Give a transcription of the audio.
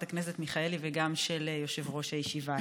הכנסת מיכאלי וגם של יושב-ראש הישיבה.